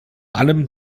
allem